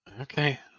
okay